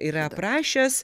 yra aprašęs